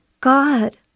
God